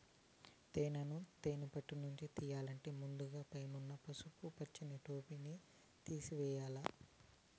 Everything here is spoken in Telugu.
తేనెను తేనె పెట్టలనుంచి తియ్యల్లంటే ముందుగ పైన ఉన్న పసుపు పచ్చని టోపిని తేసివేయల్ల